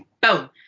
boom